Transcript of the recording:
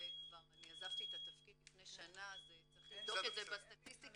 אני עזבתי את התפקיד לפני שנה אז צריך לבדוק את זה בסטטיסטיקה,